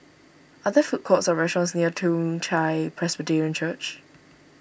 are there food courts or restaurants near Toong Chai Presbyterian Church